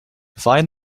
find